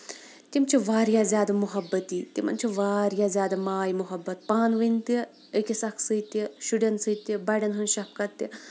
تِم چھِ واریاہ زیادٕ مُحبتی تِمن چھُ واریاہ زیادٕ ماے مُحبت پانہٕ ؤنۍ تہِ أکِس اکھ سۭتۍ تہِ شُریٚن سۭتۍ تہِ بَڑیٚن ہنز شَفکت تہِ